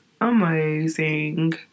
amazing